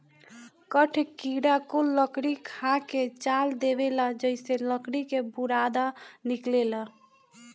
कठ किड़ा कुल लकड़ी खा के चाल देवेला जेइसे लकड़ी के बुरादा निकलेला